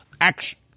action